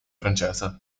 francese